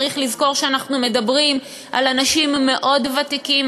צריך לזכור שאנחנו מדברים על אנשים מאוד ותיקים,